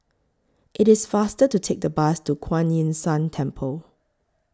IT IS faster to Take The Bus to Kuan Yin San Temple